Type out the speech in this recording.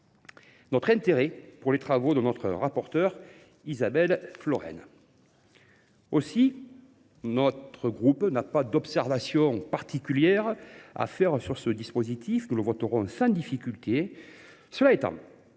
notre intérêt pour les travaux de notre rapporteure, Isabelle Florennes. Aussi, notre groupe n’a pas d’observation particulière à faire sur ce nouveau dispositif. Nous le voterons sans difficulté. Cela étant,